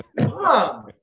Mom